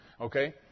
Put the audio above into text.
okay